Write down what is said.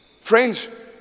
Friends